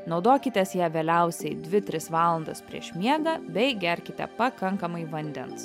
naudokitės ja vėliausiai dvi tris valandas prieš miegą bei gerkite pakankamai vandens